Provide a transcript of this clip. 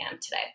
today